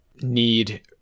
need